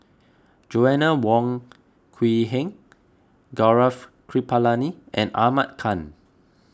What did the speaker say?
Joanna Wong Quee Heng Gaurav Kripalani and Ahmad Khan